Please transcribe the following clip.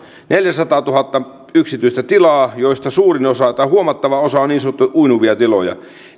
neljäsataatuhatta yksityistä tilaa joista huomattava osa on niin sanottuja uinuvia tiloja